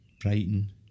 Brighton